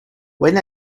when